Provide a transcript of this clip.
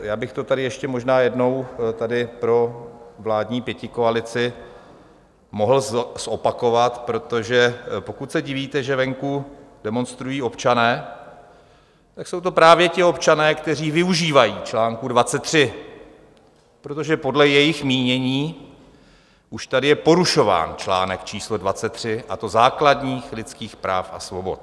Já bych to tady ještě možná jednou pro vládní pětikoalici mohl zopakovat, protože pokud se divíte, že venku demonstrují občané, tak jsou to právě ti občané, kteří využívají článku 23, protože podle jejich mínění už tady je porušován článek číslo 23, a to základních lidských práv a svobod.